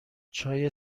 چای